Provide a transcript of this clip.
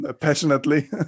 passionately